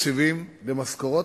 תקציבים למשכורות,